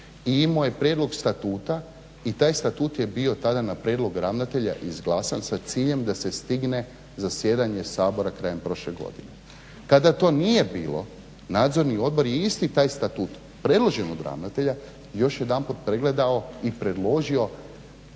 imao je prijedlog statuta i taj statut je bio tada na prijedlog ravnatelja izglasan sa ciljem da se stigne zasjedanje Sabora krajem prošle godine. Kada to nije bilo Nadzorni odbor je isti taj statut predložen od ravnatelja još jedanput pregledao i predložio